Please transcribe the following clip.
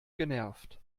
genervt